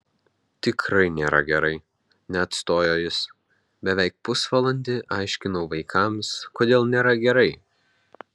tikrai nėra gerai neatstojo jis beveik pusvalandį aiškinau vaikams kodėl nėra gerai